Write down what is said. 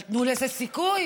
אבל תנו לזה סיכוי.